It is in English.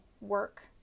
work